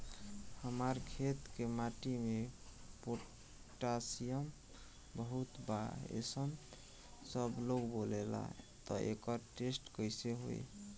हमार खेत के माटी मे पोटासियम बहुत बा ऐसन सबलोग बोलेला त एकर टेस्ट कैसे होई?